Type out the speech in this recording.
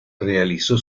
realizó